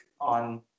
on